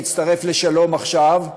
הצטרף ל"שלום עכשיו",